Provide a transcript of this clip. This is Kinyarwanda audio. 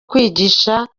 kwigisha